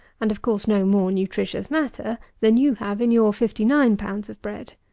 and, of course, no more nutritious matter, than you have in your fifty-nine pounds of bread.